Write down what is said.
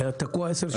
היה תקוע עשר שנים.